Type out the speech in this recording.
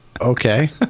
okay